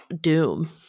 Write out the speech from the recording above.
doom